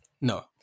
no